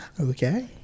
Okay